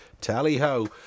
tally-ho